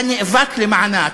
אתה נאבק למענה,